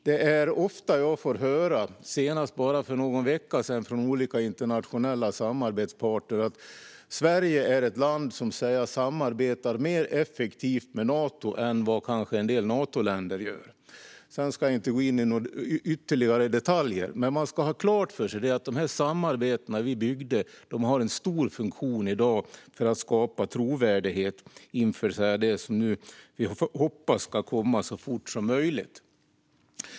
Jag får ofta höra från olika internationella samarbetspartner, senast för bara någon vecka sedan, att Sverige är ett land som samarbetar mer effektivt med Nato än en del Natoländer gör. Jag ska inte gå in på ytterligare detaljer, men man ska ha klart för sig att samarbetena som vi byggde har en stor funktion i dag för att skapa trovärdighet inför det som vi nu hoppas ska komma så fort som möjligt.